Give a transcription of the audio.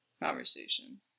conversation